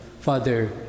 Father